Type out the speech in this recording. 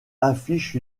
affiche